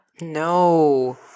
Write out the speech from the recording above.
No